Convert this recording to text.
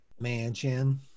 Mansion